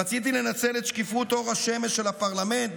רציתי לנצל את שקיפות אור השמש של הפרלמנט,